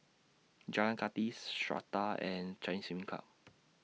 Jalan Kathi Strata and Chinese Swimming Club